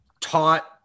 taught